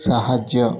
ସାହାଯ୍ୟ